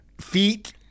feet